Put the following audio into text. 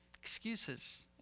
excuses